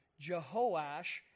Jehoash